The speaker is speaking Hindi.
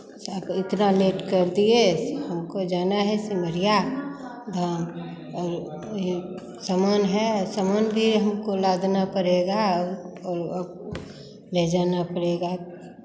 से आप इतना लेट कर दिए सो हमको जाना है सिमरिया और सामान है सामान भी हमको लादना पड़ेगा और अब ले जाना पड़ेगा